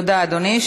תודה, אדוני.